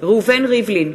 ראובן ריבלין,